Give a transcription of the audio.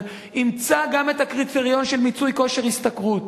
אימצה גם את הקריטריון של מיצוי כושר השתכרות.